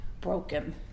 broken